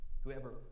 Whoever